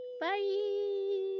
Bye